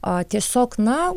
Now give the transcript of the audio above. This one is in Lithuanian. a tiesiog na